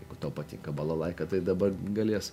jeigu tau patinka balalaika tai dabar galės